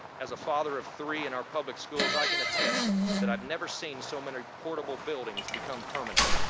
as a father of three in our public schools, i can attest that i've never seen so many portable buildings become permanent.